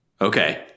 Okay